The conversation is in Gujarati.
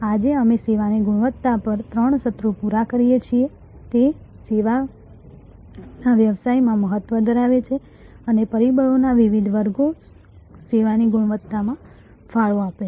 આજે અમે સેવાની ગુણવત્તા પરના ત્રણ સત્રો પૂરા કરીએ છીએ તે સેવાઓના વ્યવસાયમાં મહત્વ ધરાવે છે અને પરિબળોના વિવિધ વર્ગો સેવાની ગુણવત્તામાં ફાળો આપે છે